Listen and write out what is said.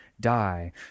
die